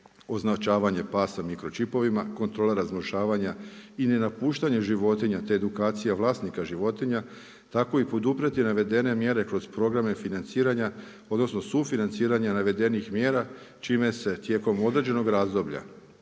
označavanje pasa mikročipovima, kontrola razglašavanja i ne napuštanje životinja, te edukacija vlasnika životinja, tako i poduprijeti navedene mjere kroz programe financiranja, odnosno, sufinanciranja navedenih mjera, čime se tijekom određenog razdoblja,